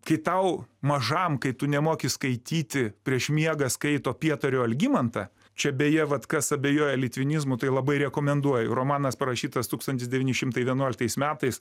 kai tau mažam kai tu nemoki skaityti prieš miegą skaito pietario algimantą čia beje vat kas abejoja litvinizmu tai labai rekomenduoju romanas parašytas tūkstantis devyni šimtai vienuoliktais metais